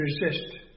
resist